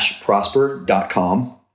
prosper.com